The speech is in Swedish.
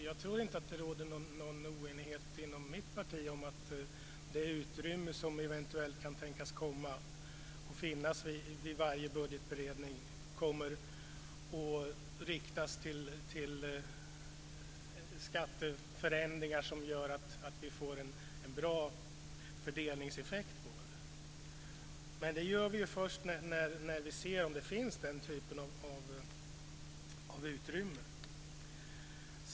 Jag tror inte att det råder någon oenighet inom mitt parti att det utrymme som eventuellt kan tänkas komma att finnas vid varje budgetberedning kommer att riktas till skatteförändringar som gör att vi får en bra fördelningseffekt. Det gör vi först när vi ser att det finns den typen av utrymme.